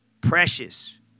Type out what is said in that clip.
precious